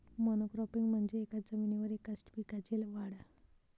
monocropping म्हणजे एकाच जमिनीवर एकाच पिकाची वाढ